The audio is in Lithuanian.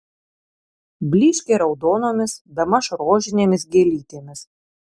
blyškiai raudonomis bemaž rožinėmis gėlytėmis